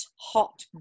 hot